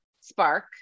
spark